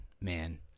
man